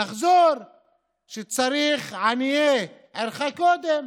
נחזור ל"עניי עירך קודם",